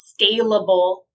scalable